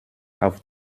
auf